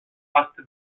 pasty